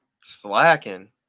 slacking